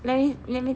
let me let me